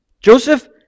Joseph